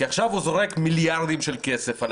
כי עכשיו הוא זורק מיליארדים של כסף על